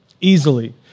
easily